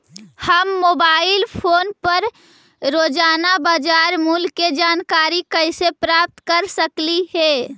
हम mobile phone पर रोजाना बाजार मूल्य के जानकारी कैसे प्राप्त कर सकली हे?